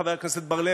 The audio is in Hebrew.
חבר הכנסת בר-לב,